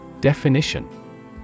Definition